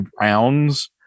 rounds